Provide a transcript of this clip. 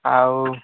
ଆଉ